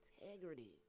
integrity